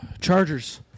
Chargers